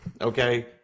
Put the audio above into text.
okay